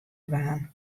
dwaan